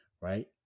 right